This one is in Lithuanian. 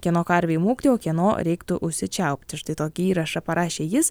kieno karvei mūkti o kieno reiktų užsičiaupti štai tokį įrašą parašė jis